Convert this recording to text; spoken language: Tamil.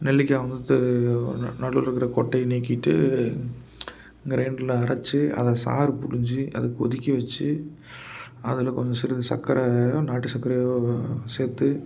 நெல்லிக்காவை வந்து ந நடுவில் இருக்கிற கொட்டையை நீக்கிவிட்டு க்ரைண்டர்ல அரைச்சி அதை சாறு புழிஞ்சி அதை கொதிக்க வச்சு அதில் கொஞ்சம் சிறிது சர்க்கரையோ நாட்டு சர்க்கரையோ சேர்த்து